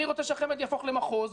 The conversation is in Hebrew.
אני רוצה שהחמ"ד יהפוך למחוז.